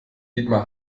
dietmar